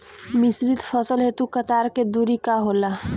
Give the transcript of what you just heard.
मिश्रित फसल हेतु कतार के दूरी का होला?